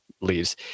leaves